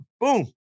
boom